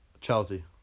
Chelsea